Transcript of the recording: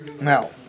Now